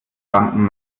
banken